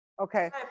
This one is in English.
Okay